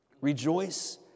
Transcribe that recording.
Rejoice